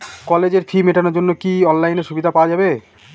কলেজের ফি মেটানোর জন্য কি অনলাইনে সুবিধা পাওয়া যাবে?